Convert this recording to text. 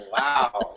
wow